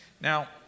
Now